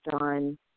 on